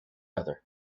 other